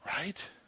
Right